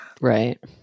right